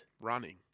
Running